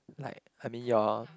like I mean your